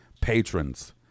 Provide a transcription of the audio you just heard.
patrons